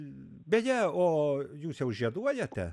beje o jūs jau žieduojate